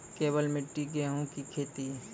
केवल मिट्टी गेहूँ की खेती?